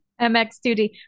MX2D